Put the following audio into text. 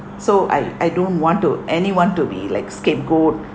so I I don't want to anyone to be like scapegoat